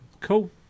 cool